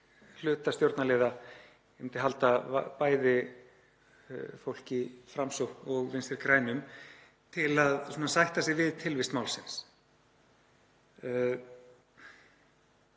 hluta stjórnarliða, ég myndi halda bæði fólk í Framsókn og Vinstri grænum, til að sætta sig við tilvist málsins.